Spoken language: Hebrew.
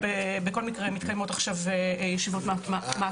בכל מקרה מתקיימות עכשיו ישיבות מעקב.